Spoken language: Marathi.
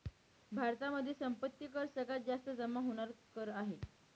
भारतामध्ये संपत्ती कर सगळ्यात जास्त जमा होणार कर आहे